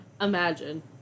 Imagine